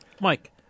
Mike